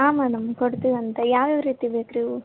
ಹಾಂ ಮೇಡಮ್ ಕೊಡ್ತೀವಂತೆ ಯಾವ್ಯಾವ ರೀತಿ ಬೇಕು ರಿ ಹೂ